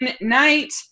night